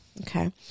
Okay